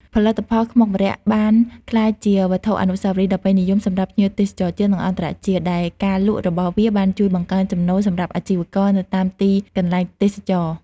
ផលិតផលខ្មុកម្រ័ក្សណ៍បានក្លាយជាវត្ថុអនុស្សាវរីយ៍ដ៏ពេញនិយមសម្រាប់ភ្ញៀវទេសចរណ៍ជាតិ និងអន្តរជាតិ ដែលការលក់របស់វាបានជួយបង្កើនចំណូលសម្រាប់អាជីវករនៅតាមទីកន្លែងទេសចរណ៍។